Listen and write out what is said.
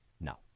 no